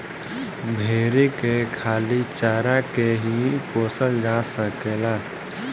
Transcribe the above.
भेरी के खाली चारा के ही पोसल जा सकेला